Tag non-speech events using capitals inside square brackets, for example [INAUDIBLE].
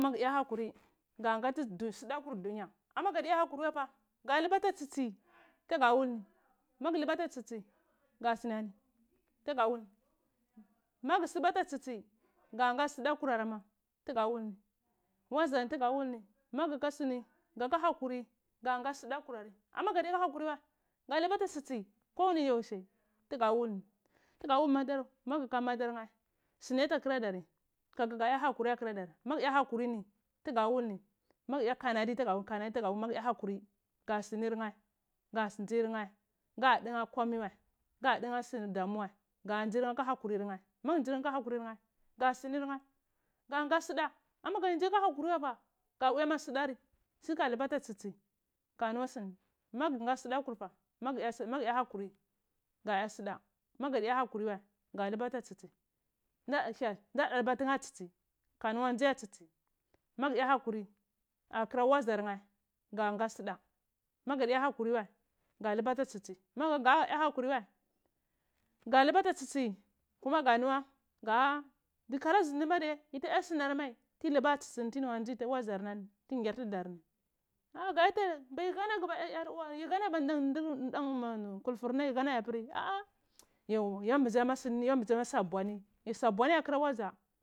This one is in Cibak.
Magu ya hakuri ga ngati sudatior dunya ama ga ndi tayo hakuri wafa ga luka ata tsi-tsi ga cuni ahani tuga wul ni magu subway tu tsi tsi nga ga suda kurar ma tuga wul ni waziyar nii tuga wul ni magu ka suni gaka hakuri gaa nga sudakurari ama gadiyaka hakuri wao ga luba tatsitsi ko wani youshai tug awol nhi tuga wul madar tugaka madar nheh suni ota kurodar ni ka gudza ya hakuri magu ya hakurini tuga wul ni magwa yati kanani kanadi tuga da wul magu ya hakuri ga sunur nheh nga nzir nheh nga dunha komai wa kaduna urdamu wa ka nzir nhrh kah inakurir nheh magu nzir nheh aka hakurir nheh gasunir ne ka nga suda amamagu nzi aka hakuri wai ka buya ma suda ri anta ga lubota tsi tai ka lungwa [UNINTELLIGIBLE] ma gunga sudeh korfa ma guy a hakuri ga nga buda magu ya hakuri wai ga luba ta tsi tsi nda dalba tunhe ata tsitsi kkanunghwe ndzi ata tsitsi magu ya hakuri ata kura wazar nheh ngal nghah suda magur ya hokuri wai ga loba ata tsitsi ma ga ya hakuri wai ga luba ata tsitsi kanunghwe ndzi ata tsitsi magu ya hakuri ata kura wazar nheh nggak nghah suda magur ya hokuri wai ga loba ata tsiitsi gaya hakuri wai go loba ta tsitsi kuma ga nn ungwe ga gu kala zindi mmadiyai ya ahoni mai ti luba ta tsi tsi ti nuangwa dgi adgi waziyar non tin nayar tudar nhi bayi hana ghen ba danuwa yaruw ba yimanaghu ba kulfur na yi honogheh apir yo ya mbigji ama suni yo mbizi ama sa bwanai yyyakir waja.